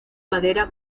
madera